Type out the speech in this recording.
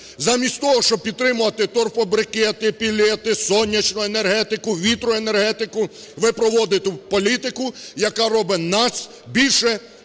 Замість того, щоб підтримувати торфобрикети, пелети, сонячну енергетику, вітроенергетику, ви проводите політику, яка робить нас більше